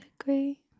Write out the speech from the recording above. agree